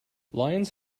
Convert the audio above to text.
lions